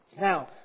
Now